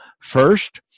First